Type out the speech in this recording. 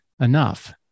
enough